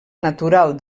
natural